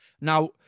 Now